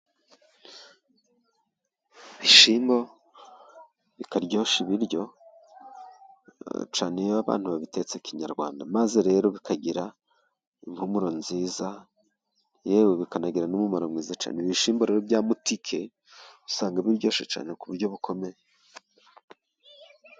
Ibishyimbo bikaryoshya ibiryo cyane iyo abantu babitetse kinyarwanda. Maze rero bikagira impumuro nziza, yewe bikanagira n'umumaro mwiza cyane. Ibishyimbo rero bya mutike usanga biryoshye cyane ku buryo bukomeye.